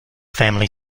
family